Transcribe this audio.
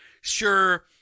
Sure